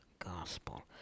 gospel